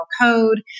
code